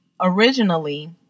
originally